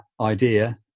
idea